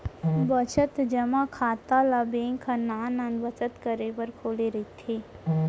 बचत जमा खाता ल बेंक ह नान नान बचत करे बर खोले रहिथे